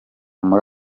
muri